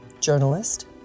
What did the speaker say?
journalist